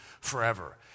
forever